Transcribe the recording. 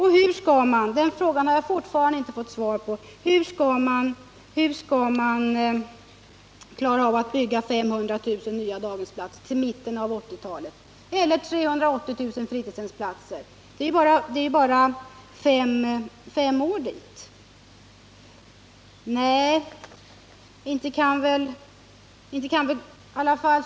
Hur skall man — den frågan har jag fortfarande inte fått svar på — klara av att bygga 500 000 nya daghemsplatser och 380 000 fritidshemsplatser till mitten av 1980-talet? Det är ju bara fem år dit!